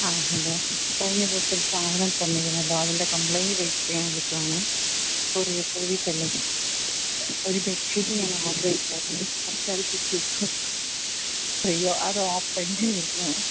ആ ഹലോ കഴിഞ്ഞ ദിവസം ഒരു സാധനം തന്നിരുന്നല്ലോ അതിൻ്റെ കംപ്ലെയിന്റ് രജിസ്റ്റർ ചെയ്യാൻ വിളിക്കുവാണേ കൊറിയർ സർവീസല്ലേ ഒരു ബെഡ്ഷീറ്റ് ഞാൻ ഓർഡർ ചെയ്തായിരുന്നേ പക്ഷേ അത് കിട്ടിയിട്ടില്ല അത്